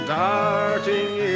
darting